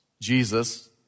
Jesus